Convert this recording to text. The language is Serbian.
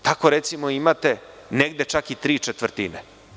Tako, recimo, imate negde i tri četvrtine.